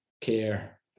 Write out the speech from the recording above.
care